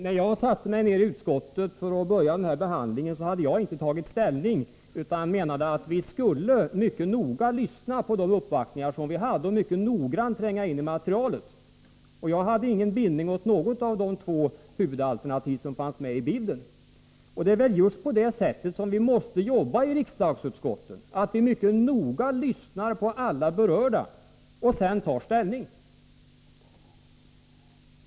När jag satte mig ner i utskottet för att börja den här behandlingen hade jag inte tagit ställning, utan jag menade att vi mycket noga skulle lyssna på uppvaktningarna och mycket noggrant tränga in i materialet. Jag hade ingen bindning till något av de två huvudalternativ som fanns med i bilden. Det är väl just på detta sätt som man måste jobba i riksdagsutskotten — mycket noga lyssna på alla berörda och sedan ta ställning.